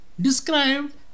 Described